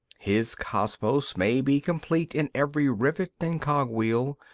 his cosmos may be complete in every rivet and cog-wheel,